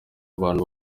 abantu